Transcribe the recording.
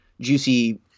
juicy